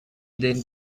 then